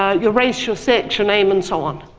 ah your race, your sex, your name, and so on.